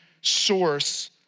source